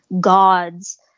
gods